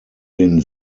den